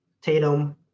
Tatum